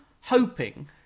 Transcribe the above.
hoping